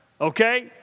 okay